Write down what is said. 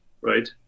right